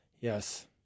Yes